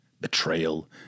betrayal